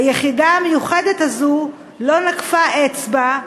היחידה המיוחדת הזאת לא נקפה אצבע,